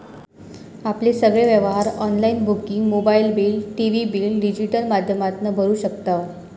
आपले सगळे व्यवहार online booking mobile bill, TV bill digital माध्यमातना भरू शकताव